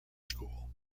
school